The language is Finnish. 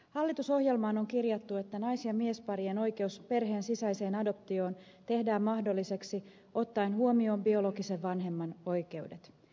hallitusohjelmaan on kirjattu että nais ja miesparien oikeus perheen sisäiseen adoptioon tehdään mahdolliseksi ottaen huomioon biologisen vanhemman oikeudet